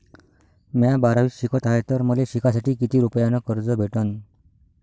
म्या बारावीत शिकत हाय तर मले शिकासाठी किती रुपयान कर्ज भेटन?